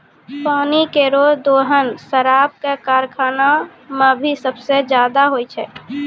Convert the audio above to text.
पानी केरो दोहन शराब क कारखाना म भी सबसें जादा होय छै